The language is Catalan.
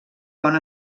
bon